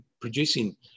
producing